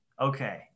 okay